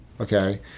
okay